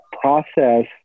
process